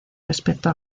respecto